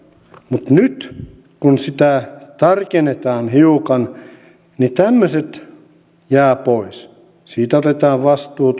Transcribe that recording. mutta nyt kun sitä tarkennetaan hiukan niin tämmöiset jäävät pois otetaan vastuu